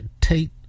Tate